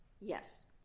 Yes